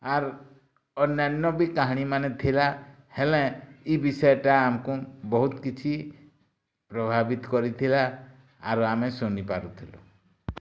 ଆର୍ ଅନ୍ୟାନ ବି କାହାଣୀ ମାନେ ଥିଲା ହେଲେଁ ଇ ବିଷୟଟା ଆମକୁଁ ବହୁତ୍ କିଛି ପ୍ରଭାବିତ୍ କରିଥିବା ଆରୁ ଆମେ ଶୁନି ପାରୁଥିଲୁ